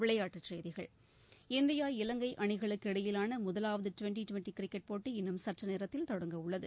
விளையாட்டுச் செய்திகள் இந்தியா இவங்கை அணிகளுக்கு இடையிலான முதலாவது டுவெண்டி டுவெண்டி கிரிக்கெட் போட்டி இன்னும் சற்று நேரத்தில் தொடங்கவுள்ளது